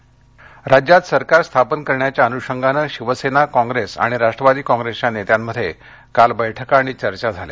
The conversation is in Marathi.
सत्ताकारण राज्यात सरकार स्थापन करण्याच्या अनुषंगानं शिवसेना कॉप्रेस आणि राष्ट्रवादीच्या नेत्यांमध्ये काल बैठका आणि चर्चा झाल्या